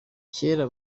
cyera